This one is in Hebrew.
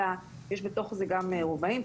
אלא שיש בתוך זה גם רובעים.